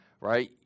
right